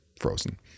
frozen